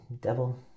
Devil